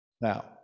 Now